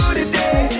today